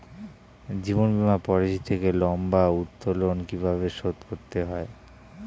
জীবন বীমা পলিসি থেকে লম্বা উত্তোলন কিভাবে শোধ করতে হয়?